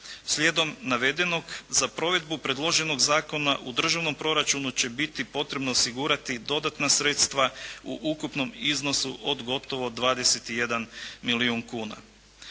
Slijedom navedenog za provedbu predloženog zakona u državnom proračunu će biti potrebno osigurati i dodatna sredstva u ukupnom iznosu od gotovo 21 milijun kuna.